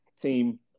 team